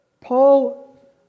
Paul